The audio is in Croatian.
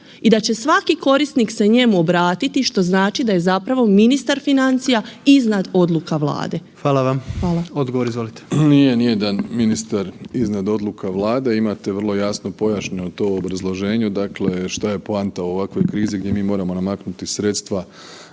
i da će svaki korisnik se njemu obratiti, što znači da je zapravo ministar financija iznad odluka Vlade. Hvala. **Jandroković, Gordan (HDZ)** Hvala. Odgovor, izvolite. **Plenković, Andrej (HDZ)** Nije nijedan ministar iznad odluka Vlade, imate vrlo jasno pojašnjeno to u obrazloženju, dakle šta je poanta u ovakvoj krizi gdje mi moramo namaknuti sredstva